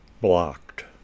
BLOCKED